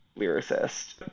lyricist